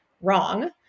Wrong